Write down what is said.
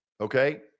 Okay